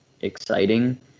exciting